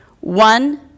One